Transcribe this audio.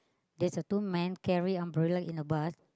there's a two men carry umbrella in the bus